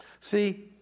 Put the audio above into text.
See